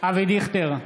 אבי דיכטר,